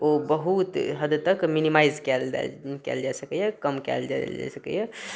ओ बहुत हद तक मिनिमाइज कएल जा सकैए कम कएल जा सकैए